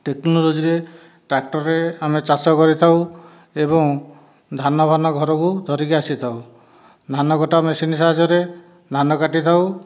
ଟେକ୍ନୋଲୋଜିରେ ଟ୍ରାକଟରେ ଆମେ ଚାଷ କରିଥାଉ ଏବଂ ଧାନ ଫାନ ଘରକୁ ଧରିକି ଆସିଥାଉ ଧାନ କଟା ମେସିନ ସାହାଯ୍ୟରେ ଧାନ କାଟିଥାଉ